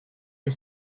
que